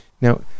Now